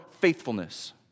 faithfulness